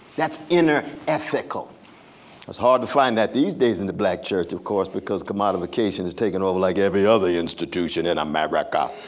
that's inner-ethical. it's hard to find that these days in the black church of course because commodification taken over like every other institution in america.